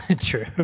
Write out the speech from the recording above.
true